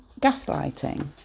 gaslighting